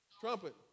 Trumpet